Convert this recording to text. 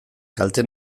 kalte